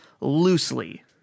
loosely